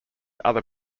other